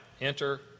enter